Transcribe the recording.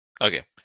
okay